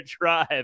drive